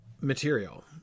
material